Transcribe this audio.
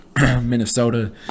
Minnesota